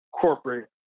corporate